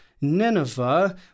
Nineveh